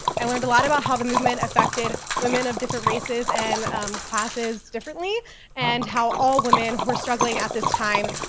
i learned a lot about how the movement affected women of different races and classes differently, and how all women were struggling at this time,